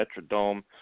Metrodome